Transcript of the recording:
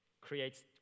Creates